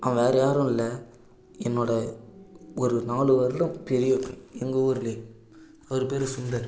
அவன் வேற யாரும் இல்லை என்னோட ஒரு நாலு வருடம் பெரியவன் எங்க ஊரில் அவரு பெயரு சுந்தர்